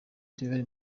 daily